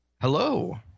Hello